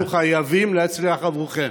אנחנו חייבים להצליח עבורכם.